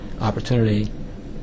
opportunity